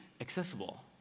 accessible